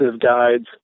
guides